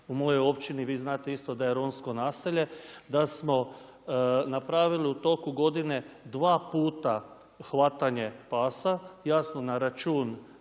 u mojoj općini, vi znate da je isto da je romsko naselje, da smo napravili u toku godine dva puta hvatanje pasa, jasno na račun